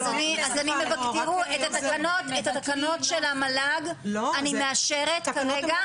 תראו, את התקנות של המל"ג אני מאשרת כרגע.